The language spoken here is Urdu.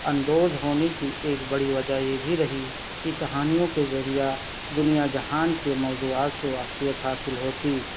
اندوز ہونے کی ایک بڑی وجہ یہ بھی رہی کہ کہانیوں کے ذریعہ دنیا جہان کے موضوعات سے واقفیت حاصل ہوتی